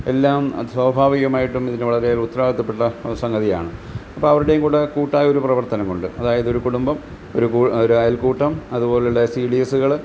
എല്ലാം സ്വാഭാവികമായിട്ടും ഇതിന് വളരെ ഉത്തരവാദിത്വപ്പെട്ട സംഗതിയാണ് അപ്പം അവരുടേയും കൂടെ കൂട്ടായൊരു പ്രവർത്തനം കൊണ്ട് അതായതൊരു കുടുംബം ഒരു ഒര് അയൽക്കൂട്ടം അതുപോലുള്ള സി ഡി എസ്സുകള്